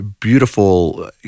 beautiful